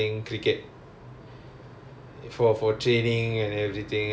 co~ for training lah okay